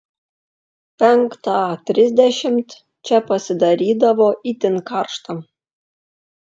penktą trisdešimt čia pasidarydavo itin karšta